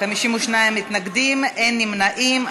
52 מתנגדים, אין נמנעים.